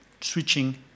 switching